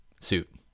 suit